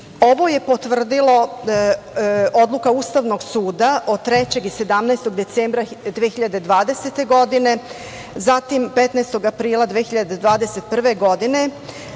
Ovo je potvrdila odluka Ustavnog suda, od 3. i 17. decembra 2020. godine, zatim 15. aprila 2021. godine,